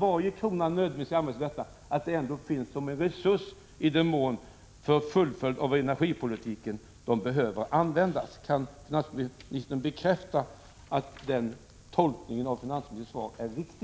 varje krona nödvändigtvis skall användas till detta, är det väsentligt att medlen finns som en resurs för att energipolitiken skall kunna fullföljas. Kan finansministern bekräfta att den tolkningen av svaret är riktig?